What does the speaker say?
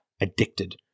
addicted